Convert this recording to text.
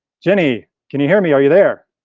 genny, can you hear me are you there?